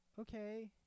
Okay